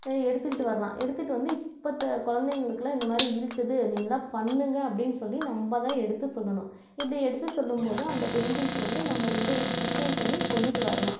எடுத்துக்கிட்டு வரலாம் எடுத்துகிட்டு வந்து இப்போ குழந்தைங்களுக்கு எல்லாம் இந்தமாதிரி இருக்குது நீங்கள்லாம் பண்ணுங்கள் அப்படின்னு சொல்லி நம்ப தான் எடுத்து சொல்லணும் இப்படி எடுத்து சொல்லும் போது அந்த பெயிண்டிங்ஸை வந்து நம்ம ரீஃபைண் ரீஃபைண் பண்ணி கொண்டுகிட்டு வரலாம்